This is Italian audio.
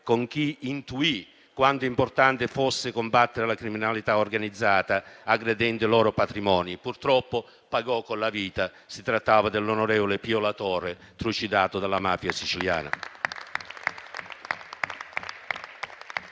con chi intuì quanto importante fosse combattere la criminalità organizzata aggredendo i loro patrimoni. Purtroppo, pagò con la vita: si trattava dell'onorevole Pio La Torre, trucidato dalla mafia siciliana.